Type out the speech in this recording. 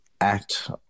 act